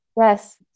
Yes